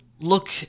look